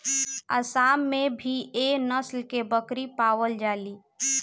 आसाम में भी एह नस्ल के बकरी पावल जाली